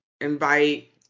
invite